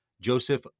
Joseph